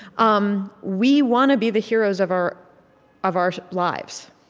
um we want to be the heroes of our of our lives,